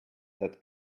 that